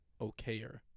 okayer